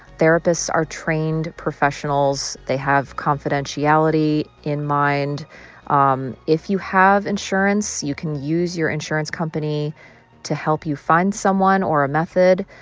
therapists are trained professionals. they have confidentiality in mind um if you have insurance, you can use your insurance company to help you find someone or a method.